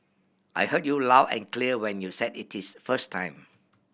I heard you loud and clear when you said it is first time